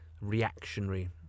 reactionary